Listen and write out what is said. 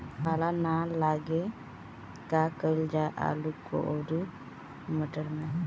पाला न लागे का कयिल जा आलू औरी मटर मैं?